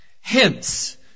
Hence